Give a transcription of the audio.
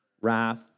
wrath